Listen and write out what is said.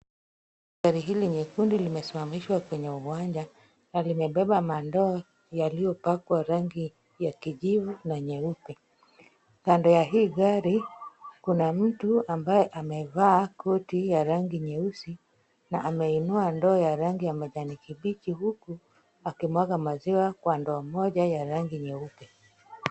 Gari hili nyekundu limesimamishwa kwenye uwanja, na limebeba mandoo yalipakwa rangi ya kijivu na nyeupe. kando ya hii gari kuna mtu ambaye amevaa koti ya rangi nyeusi, na anainuwa ndoo ya rangi ya majani kibichi huku akimwaga maziwa kwa ndoo mmoja ya rangi nyeupe.